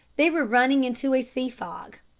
they were running into a sea fog,